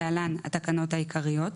(להלן התקנות העיקריות),